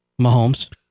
Mahomes